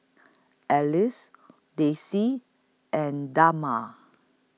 Alice Dicy and Dagmar